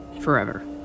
Forever